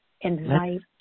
invite